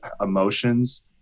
emotions